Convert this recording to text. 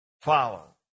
follow